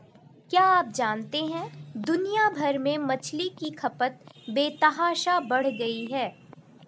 क्या आप जानते है दुनिया भर में मछली की खपत बेतहाशा बढ़ गयी है?